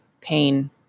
pain